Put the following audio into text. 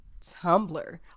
tumblr